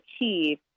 achieve